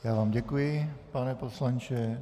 Já vám děkuji, pane poslanče.